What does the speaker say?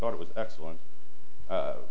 thought it was excellent